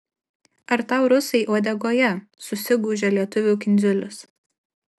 ar tau rusai uodegoje susigūžia lietuvių kindziulis